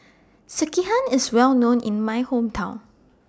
Sekihan IS Well known in My Hometown